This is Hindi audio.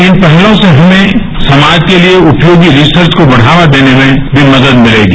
इन पहलों से हमें समाज के लिए उपयोगी रिसर्च को बढ़ावा देने में भी मदद मिलेगी